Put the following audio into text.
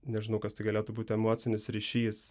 nežinau kas tai galėtų būti emocinis ryšys